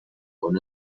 con